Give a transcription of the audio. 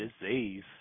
disease